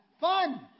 Fun